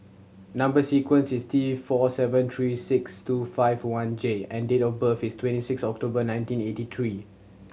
number sequence is T four seven three six two five one J and date of birth is twenty six October nineteen eighty three